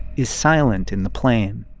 is silent in the plane.